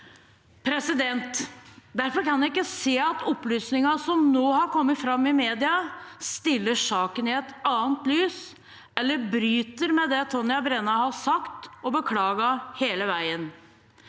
undersøkelse. Derfor kan jeg ikke se at opplysningene som nå har kommet fram i mediene, stiller saken i et annet lys eller bryter med det Tonje Brenna har sagt og beklaget hele veien.